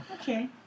Okay